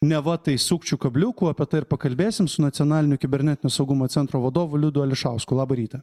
neva tai sukčių kabliukų apie tai ir pakalbėsim su nacionaliniu kibernetinio saugumo centro vadovu liudu ališausku labą rytą